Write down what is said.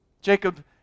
Jacob